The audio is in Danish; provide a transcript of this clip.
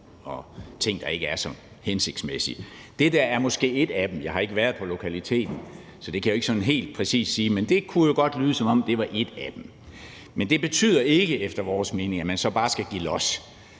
og ting, der ikke er så hensigtsmæssige. Dette er måske et af dem. Jeg har ikke været på lokaliteten, så det kan jeg ikke sådan helt præcist sige, men det kunne jo godt lyde, som om det var et af dem. Men det betyder ikke efter vores mening, at man så bare skal give los,